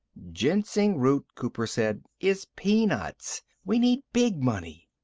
ginseng root, cooper said, is peanuts. we need big money.